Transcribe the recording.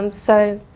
um so